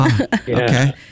Okay